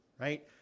Right